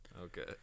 Okay